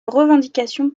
revendications